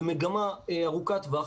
במגמה ארוכת טווח,